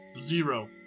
Zero